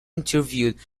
interviewed